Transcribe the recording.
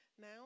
now